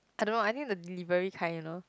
I don't know I think it's the delivery kind you know